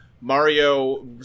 Mario